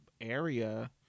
area